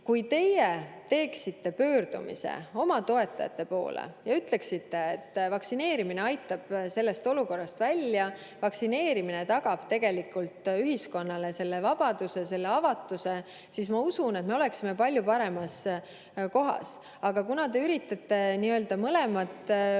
Kui teie teeksite pöördumise oma toetajate poole ja ütleksite, et vaktsineerimine aitab sellest olukorrast välja, vaktsineerimine tagab ühiskonnale vabaduse, avatuse, siis ma usun, et me oleksime palju paremas olukorras. Aga kuna te üritate olla korraga